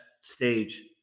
stage